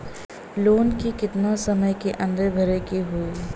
Loan के कितना समय के अंदर भरे के होई?